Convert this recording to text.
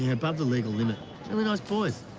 above the legal limit. really nice boys,